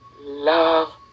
love